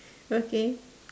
okay